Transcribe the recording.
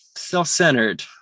self-centered